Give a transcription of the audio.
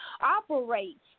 operate